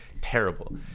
terrible